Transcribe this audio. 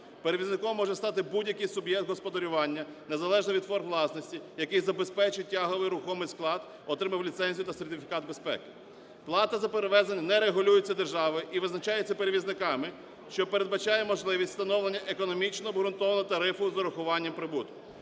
Перевізником може стати будь-який суб'єкт господарювання незалежно від форм власності, який забезпечить тяговий рухомий склад, отримав ліцензію та сертифікат безпеки. Плата за перевезення не регулюється державою і визначається перевізниками, що передбачає можливість встановлення економічно обґрунтованого тарифу з урахуванням прибутку.